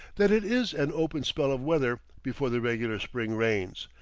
that it is an open spell of weather before the regular spring rains,